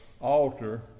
altar